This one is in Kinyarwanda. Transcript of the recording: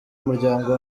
muryango